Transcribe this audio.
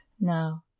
no